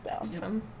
Awesome